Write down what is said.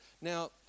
Now